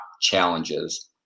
challenges